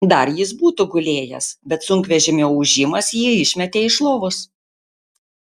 dar jis būtų gulėjęs bet sunkvežimio ūžimas jį išmetė iš lovos